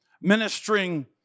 ministering